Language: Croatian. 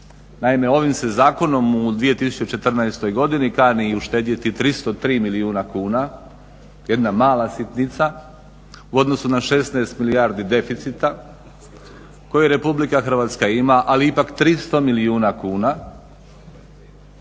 Naime, ovim se zakonom u 2014. godini kani i uštedjeti 303 milijuna kuna. Jedna mala sitnica u odnosu na 16 milijardi deficita koje Republika Hrvatska ima ali ipak 300 milijuna kuna.